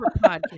podcast